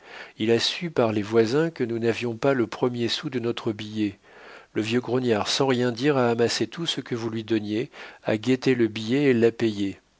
il a su par les voisins que nous n'avions pas le premier sou de notre billet le vieux grognard sans rien dire a amassé tout ce que vous lui donniez a guetté le billet et